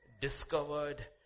discovered